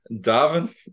Darwin